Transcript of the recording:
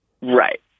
Right